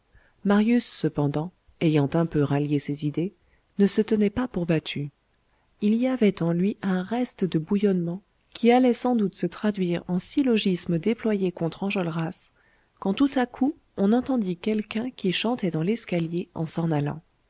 marius cependant ayant un peu rallié ses idées ne se tenait pas pour battu il y avait en lui un reste de bouillonnement qui allait sans doute se traduire en syllogismes déployés contre enjolras quand tout à coup on entendit quelqu'un qui chantait dans l'escalier en s'en allant